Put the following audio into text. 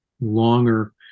longer